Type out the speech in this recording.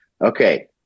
Okay